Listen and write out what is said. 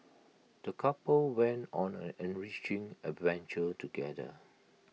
the couple went on an enriching adventure together